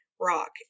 Rock